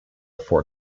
four